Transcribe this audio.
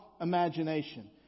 imagination